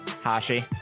Hashi